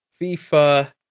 FIFA